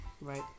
Right